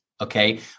Okay